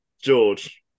George